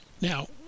Now